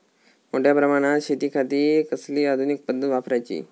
मोठ्या प्रमानात शेतिखाती कसली आधूनिक पद्धत वापराची?